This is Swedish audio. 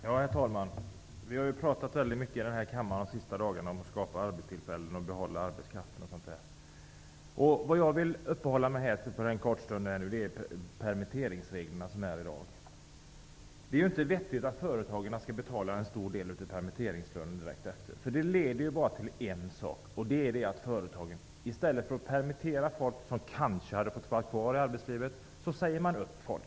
Herr talman! De senaste dagarna har vi här i kammaren talat mycket om att skapa arbetstillfällen, behålla arbetskraften o.dyl. Jag vill uppehålla mig en kort stund vid de permitteringsregler som gäller i dag. Det är inte vettigt att företagarna skall betala en stor del av permitteringslönen direkt efteråt. Det leder bara till en sak: I stället för att permittera folk, som kanske hade fått vara kvar i arbetslivet, så säger man upp dem.